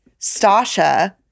Stasha